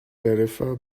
tarifa